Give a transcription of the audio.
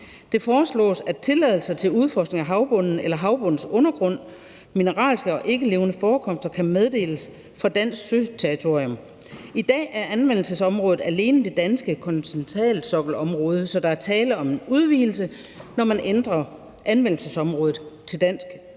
Det foreslås, at tilladelser til udforskning af havbunden eller havbundens undergrunds mineralske og ikkelevende forekomster kan meddeles for dansk søterritorium. I dag er anvendelsesområdet alene det danske kontinentalsokkelområde, så der er tale om en udvidelse, når man ændrer anvendelsesområdet til dansk